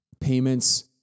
payments